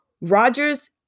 Rogers